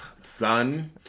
son